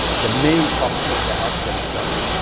the main topic of the article itself.